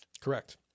Correct